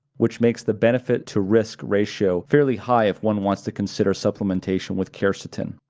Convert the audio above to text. which makes the benefit-to-risk ratio fairly high if one wants to consider supplementation with quercetin.